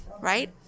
Right